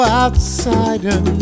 outsider